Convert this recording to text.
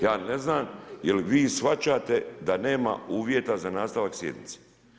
Ja ne znam jel' vi shvaćate da nema uvjeta za nastavak sjednice.